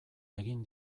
egin